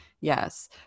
yes